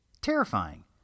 terrifying